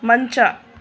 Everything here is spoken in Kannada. ಮಂಚ